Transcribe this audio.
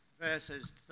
verses